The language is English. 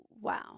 wow